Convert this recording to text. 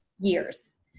years